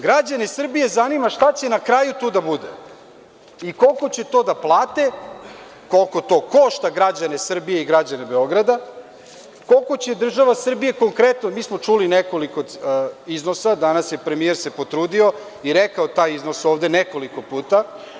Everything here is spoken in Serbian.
Građane Srbije zanima šta će na kraju tu da bude i koliko će to da plate, koliko to košta građane Srbije i građane Beograda, koliko će država Srbija konkretno, mi smo čuli nekoliko iznosa, danas se premijer potrudio i rekao taj iznos ovde, nekoliko puta.